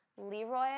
Leroy